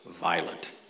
violent